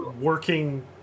working